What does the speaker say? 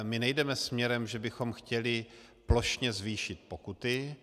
My nejdeme směrem, že bychom chtěli plošně zvýšit pokuty.